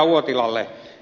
uotilalle